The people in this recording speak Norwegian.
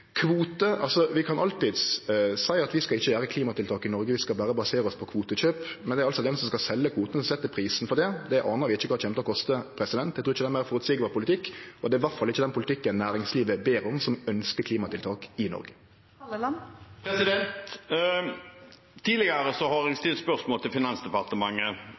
Vi kan alltids seie at vi ikkje skal gjere klimatiltak i Noreg, vi skal berre basere oss på kvotekjøp. Men det er altså den som skal selje kvoten, som set prisen på det. Det aner vi ikkje kva kjem til å koste. Eg trur ikkje det er ein meir føreseieleg politikk, og det er iallfall ikkje den politikken næringslivet ber om – som ønskjer klimatiltak i Noreg. Terje Halleland – til oppfølgingsspørsmål. Tidligere har jeg stilt spørsmål til Finansdepartementet,